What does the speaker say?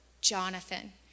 Jonathan